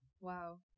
wow